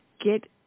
get